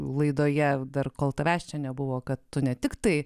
laidoje dar kol tavęs čia nebuvo kad tu ne tiktai